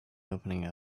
opening